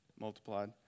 multiplied